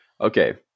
okay